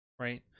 right